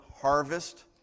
harvest